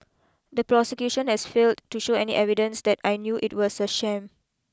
the prosecution has failed to show any evidence that I knew it was a sham